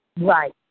Right